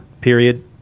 Period